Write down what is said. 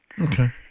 Okay